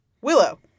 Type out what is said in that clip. Willow